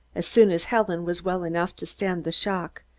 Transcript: as soon as helen was well enough to stand the shock,